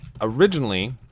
Originally